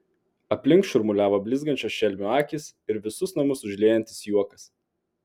aplink šurmuliavo blizgančios šelmių akys ir visus namus užliejantis juokas